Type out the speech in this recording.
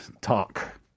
talk